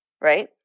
right